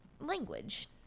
language